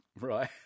Right